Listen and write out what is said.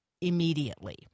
immediately